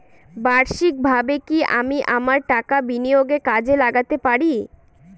বার্ষিকভাবে কি আমি আমার টাকা বিনিয়োগে কাজে লাগাতে পারি?